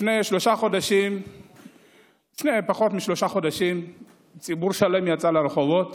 לפני פחות משלושה חודשים ציבור שלם יצא לרחובות